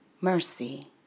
mercy